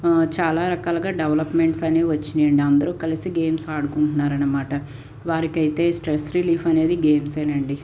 చాలా రకాలుగా డెవలప్మెంట్స్ అనేవి వచ్చినాయండి అందరూ కలిసి గేమ్స్ ఆడుకుంటున్నారు అనమాట వారికైతే స్ట్రెస్ రిలీఫ్ అనేది గేమ్స్సే అండి